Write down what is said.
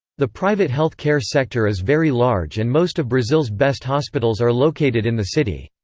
the private health care sector is very large and most of brazil's best hospitals are located in the city.